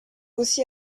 aussi